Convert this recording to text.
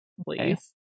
please